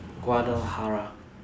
guadalajara